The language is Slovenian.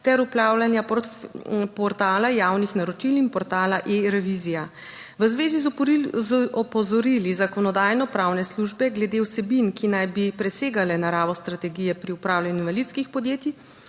ter upravljanja portala javnih naročil in portala eRevizija. v zvezi z opozorili zakonodajno pravne službe glede vsebin, ki naj bi presegale naravo strategije pri upravljanju invalidskih podjetij